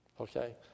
Okay